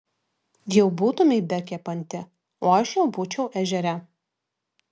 jau būtumei bekepanti o aš jau būčiau ežere